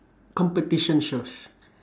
competition shows